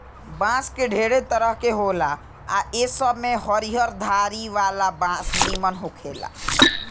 बांस ढेरे तरह के होला आ ए सब में हरियर धारी वाला बांस निमन होखेला